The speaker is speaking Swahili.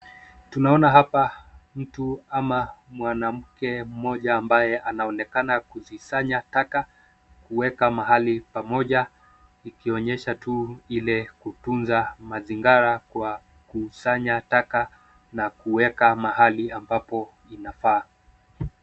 Tunaona hapa mtu ama mwanamke mmoja ambaye anaonekana kuzisanya taka kueka mahali pamoja ikionyesha tu ile kutunza mazingara kwa kusanya taka na kuweka mahali ambapo inafaa.